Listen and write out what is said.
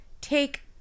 take